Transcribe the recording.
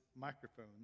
microphone